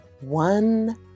one